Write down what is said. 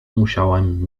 musiałem